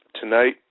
tonight